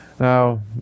Now